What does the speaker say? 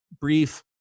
brief